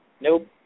Nope